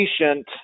patient